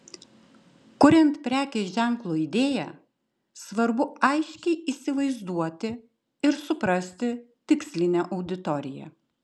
kuriant prekės ženklo idėją svarbu aiškiai įsivaizduoti ir suprasti tikslinę auditoriją